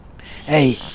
hey